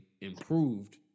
improved